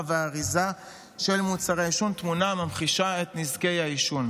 ואריזה של מוצרי עישון תמונה הממחישה את נזקי העישון.